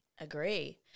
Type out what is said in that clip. Agree